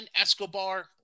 Escobar